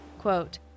Quote